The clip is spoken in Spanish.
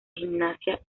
gimnasia